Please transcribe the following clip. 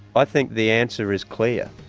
i think the answer is clear.